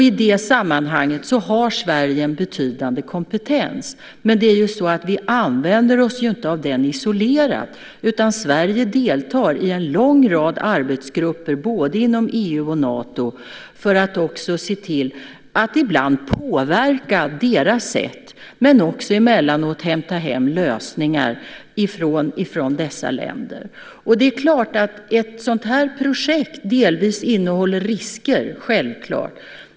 I det sammanhanget har Sverige en betydande kompetens. Men vi använder oss inte av den isolerat, utan Sverige deltar i en lång rad arbetsgrupper både inom EU och Nato för att se till att ibland påverka deras sätt men också emellanåt hämta hem lösningar ifrån dessa länder. Det är klart att ett sådant här projekt delvis innehåller risker.